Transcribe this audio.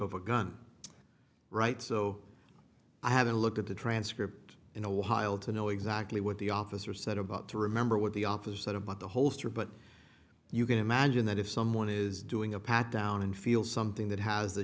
of a gun right so i haven't looked at the transcript in awhile to know exactly what the officer said about to remember what the opposite of what the holster but you can imagine that if someone is doing a pat down and feel something that has the